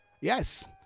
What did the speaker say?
Yes